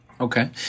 Okay